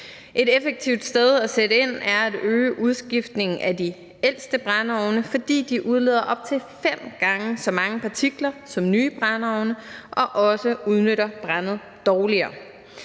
Et effektivt sted at sætte ind er at øge udskiftningen af de ældste brændeovne, fordi de udleder op til fem gange så mange partikler som nye brændeovne og også udnytter brændet dårligere.